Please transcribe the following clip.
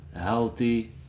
healthy